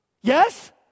Yes